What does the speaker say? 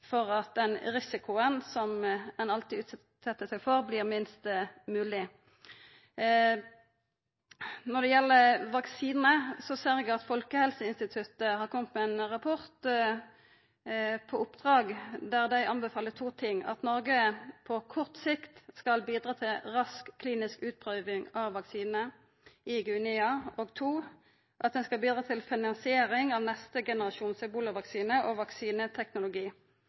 for at den risikoen som ein alltid utset seg for, vert minst mogleg. Når det gjeld vaksine, ser eg at Folkehelseinstituttet på oppdrag har kome med ein rapport der dei anbefaler to ting: at Noreg på kort sikt skal bidra til rask klinisk utprøving av vaksine i Guinea, og for det andre at ein skal bidra til finansiering av neste generasjon ebolavaksine og vaksineteknologi.